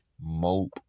mope